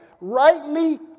rightly